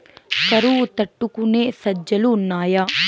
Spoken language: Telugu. కరువు తట్టుకునే సజ్జలు ఉన్నాయా